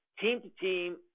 team-to-team